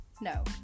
No